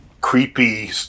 Creepy